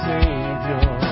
Savior